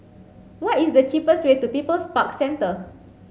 what is the cheapest way to People's Park Centre